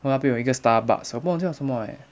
那边有一个 starbucks 我不懂叫什么 eh